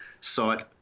site